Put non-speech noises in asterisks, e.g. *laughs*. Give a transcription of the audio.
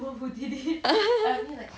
*laughs*